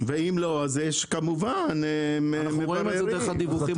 אנחנו רואים את זה דרך הדיווחים על העובדים.